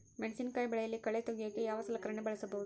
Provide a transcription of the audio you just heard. ಮೆಣಸಿನಕಾಯಿ ಬೆಳೆಯಲ್ಲಿ ಕಳೆ ತೆಗಿಯೋಕೆ ಯಾವ ಸಲಕರಣೆ ಬಳಸಬಹುದು?